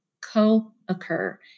co-occur